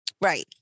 Right